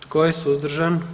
Tko je suzdržan?